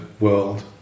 world